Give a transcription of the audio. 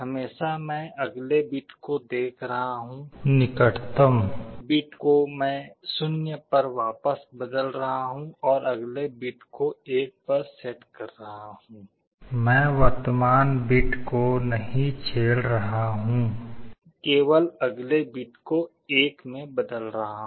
हमेशा मैं अगले बिट को देख रहा हूं निकटतम बिट को मैं 0 पर वापस बदल रहा हूं और अगले बिट को 1 पर सेट कर रहा हूं मैं वर्तमान बिट को नहीं छेड़ रहा हूं केवल अगले बिट को 1 में बदल रहा हूँ